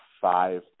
five